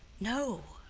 no,